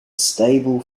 stable